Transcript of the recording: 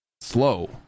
Slow